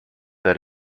that